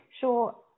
Sure